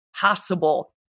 possible